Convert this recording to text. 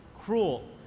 Cruel